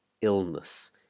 illness